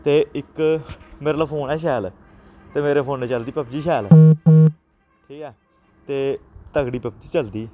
ते इक मेरे आह्ला फोन ऐ शैल ते मेरे फोन चलदी पबजी शैल ठीक ऐ ते तगड़ी पबजी चलदी